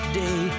day